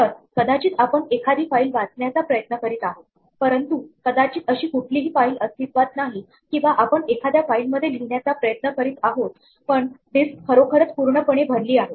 तर कदाचित आपण एखादी फाइल वाचण्याचा प्रयत्न करीत आहोत परंतु कदाचित अशी कुठलीही फाईल अस्तित्वात नाही किंवा आपण एखाद्या फाईल मध्ये लिहिण्याचा प्रयत्न करीत आहोत पण डिस्क खरोखरच पूर्णपणे भरली आहे